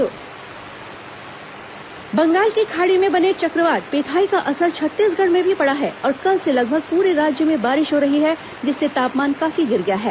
मौसम बंगाल की खाड़ी में बने चक्रवात पेथाई का असर छत्तीसगढ़ में भी पड़ा है और कल से लगभग पूरे राज्य में बारिश हो रही है जिससे तापमान काफी गिर गया है